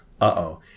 Uh-oh